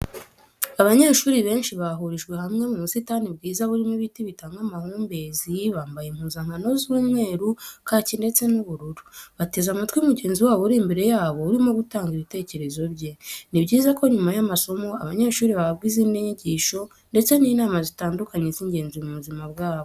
Abanyeshuri benshi bahurijwe hamwe mu busitani bwiza burimo ibiti bitanga amahumbezi, bambaye impuzankano z'umweru, kaki ndetse n'ubururu bateze amatwi mugenzi wabo uri imbere yabo urimo gutanga ibitekerezo bye. Ni byiza ko nyuma y'amasomo abanyeshuri bahabwa izindi nyigisho ndetse n'inama zitandukanye z'ingenzi mu buzima bwabo.